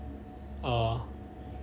ah